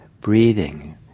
breathing